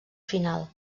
final